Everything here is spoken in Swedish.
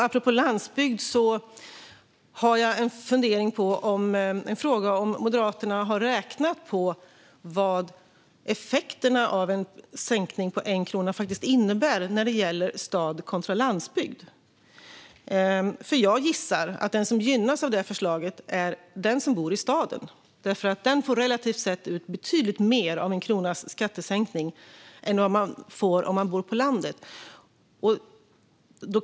Apropå landsbygd har jag en fundering och en fråga. Har Moderaterna räknat på vad effekterna av en sänkning med 1 krona faktiskt innebär när det gäller stad kontra landsbygd? Jag gissar att den som gynnas av detta förslag är den som bor i staden. Den får relativt sett ut betydligt mer av en skattesänkning med 1 krona än den som bor på landet får.